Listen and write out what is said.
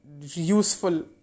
Useful